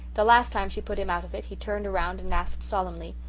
the last time she put him out of it he turned around and asked solemnly,